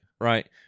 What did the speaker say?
Right